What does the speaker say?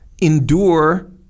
endure